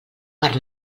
per